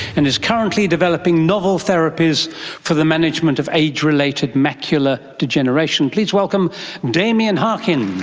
and is currently developing novel therapies for the management of age-related macular degeneration. please welcome damien harkin.